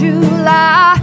July